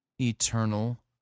eternal